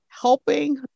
helping